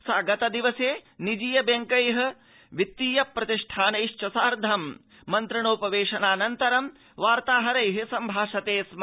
सा गतदिवसे निजीय बैंके वित्तीय प्रतिष्ठानैश्व सार्धं मन्त्रणोप वेशनाऽनन्तरं वार्ताहैरः संभाषते स्म